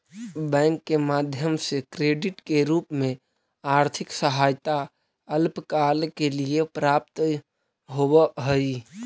bank के माध्यम से क्रेडिट के रूप में आर्थिक सहायता अल्पकाल के लिए प्राप्त होवऽ हई